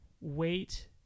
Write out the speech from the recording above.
wait